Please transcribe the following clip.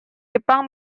jepang